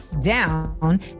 down